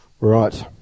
Right